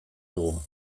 dugu